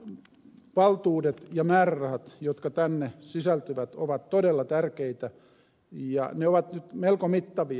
nämä valtuudet ja määrärahat jotka tänne sisältyvät ovat todella tärkeitä ja ne ovat nyt melko mittavia